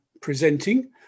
presenting